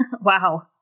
Wow